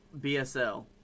BSL